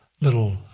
little